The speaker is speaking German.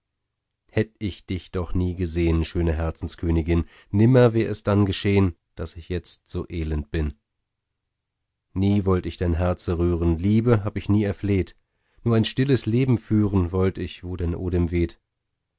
hätt ich dich doch nie gesehen schöne herzenskönigin nimmer wär es dann geschehen daß ich jetzt so elend bin nie wollt ich dein herze rühren liebe hab ich nie erfleht nur ein stilles leben führen wollt ich wo dein odem weht